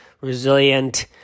resilient